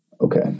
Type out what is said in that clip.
Okay